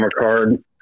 card